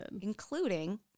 Including